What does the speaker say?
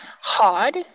hard